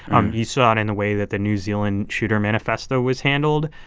um you saw it in a way that the new zealand shooter manifesto was handled,